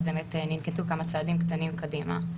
אז באמת ננקטו כמה צעדים קטנים קדימה.